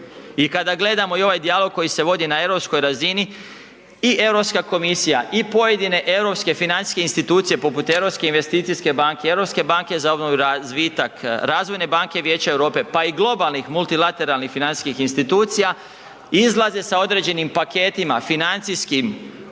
I kada gledamo i ovaj dijalog koji se vodi na europskoj razini i Europska komisija i pojedine europske financijske institucije poput Europske investicijske banke, Europske banke za obnovu i razvitak, Razvojne banke Vijeća Europe, pa i globalnih multilateralnih financijskih institucija izlaze sa određenim paketima financijskim